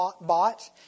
bought